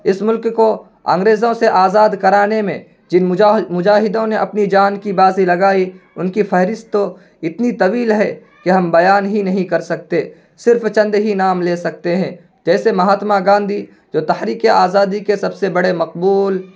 اس ملک کو انگریزوں سے آزاد کرانے میں جن مجاہدوں نے اپنی جان کی بازی لگائی ان کی فہرست تو اتنی طویل ہے کہ ہم بیان ہی نہیں کر سکتے صرف چند ہی نام لے سکتے ہیں جیسے مہاتما گاندھی جو تحریکِ آزادی کے سب سے بڑے مقبول